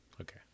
okay